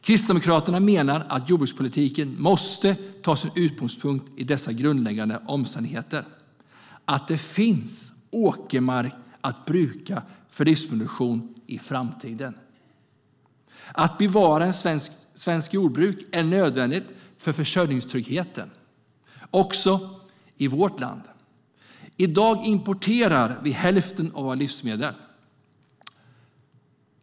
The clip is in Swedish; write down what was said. Kristdemokraterna menar att jordbrukspolitiken måste ta sin utgångspunkt i dessa grundläggande omständigheter, att det finns åkermark att bruka för livsmedelsproduktion i framtiden. Att bevara svenskt jordbruk är nödvändigt för försörjningstryggheten också i vårt land. I dag importerar vi hälften av våra livsmedel.